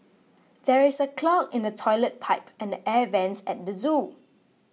there is a clog in the Toilet Pipe and the Air Vents at the zoo